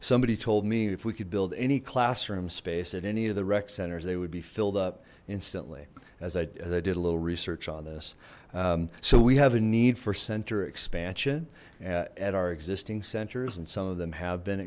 somebody told me if we could build any classroom space at any of the rec centers they would be filled up instantly as i did a little research on this so we have a need for center expansion at our existing centers and some of them have been